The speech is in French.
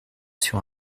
sur